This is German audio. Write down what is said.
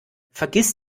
vergiss